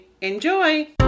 Enjoy